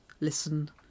listen